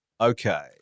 Okay